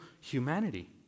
humanity